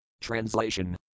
Translation